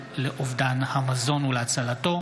מזכירות הכנסת,